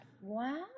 Wow